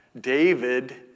David